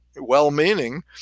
well-meaning